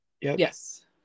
yes